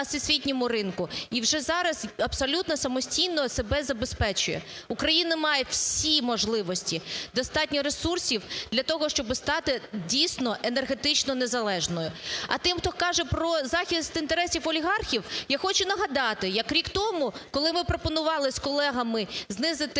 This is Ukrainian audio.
всесвітньому ринку і вже зараз абсолютно самостійно себе забезпечує. Україна має всі можливості, достатньо ресурсів для того, щоб стати дійсно енергетично незалежною. А тим, хто каже про захист інтересів олігархів, я хочу нагадати, як рік тому, коли ми пропонували з колегами знизити